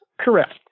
Correct